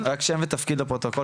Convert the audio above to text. בבקשה.